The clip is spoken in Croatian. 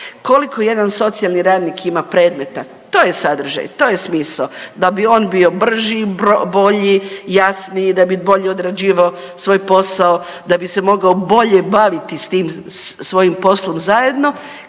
koliko jedan socijalni radnik ima predmeta? To je sadržaj, to je smisao da bi on bio brži, bolji, jasniji, da bi bolje odrađivao svoj posao da bi se mogao bolje baviti s tim svojim poslom zajedno,